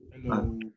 Hello